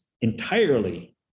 entirely